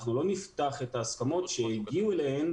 אנחנו לא נפתח את ההסכמות שהגיעו אליהן